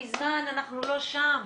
מזמן אנחנו לא שם.